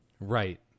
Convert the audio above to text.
Right